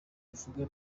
bivugwa